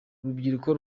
urubyiruko